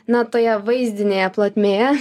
na toje vaizdinėje plotmėje